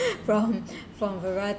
wrong from